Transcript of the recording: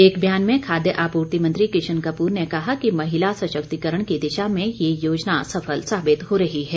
एक बयान में खाद्य आपूर्ति मंत्री किशन कपूर ने कहा कि महिला सशक्तिकरण की दिशा में ये योजना सफल साबित हो रही है